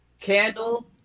Candle